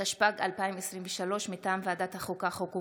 התשפ"ג 2023, מטעם ועדת החוקה, חוק ומשפט.